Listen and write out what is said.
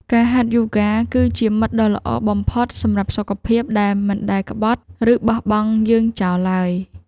ការហាត់យូហ្គា គឺជាមិត្តដ៏ល្អបំផុតសម្រាប់សុខភាពដែលមិនដែលក្បត់ ឬបោះបង់យើងចោលឡើយ។